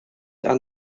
and